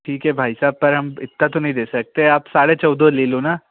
ठीक है भाई साहब पर हम इतना तो नहीं दे सकते आप साढ़े चौदह ले लो ना